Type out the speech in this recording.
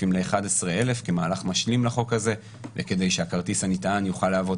ל-11,000 כמהלך משלים לחוק הזה וכדי שהכרטיס הנטען יוכל להוות